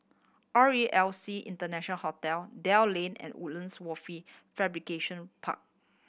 R E L C International Hotel Dell Lane and Woodlands Wafer Fabrication Park